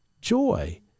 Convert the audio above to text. joy